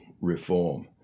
reform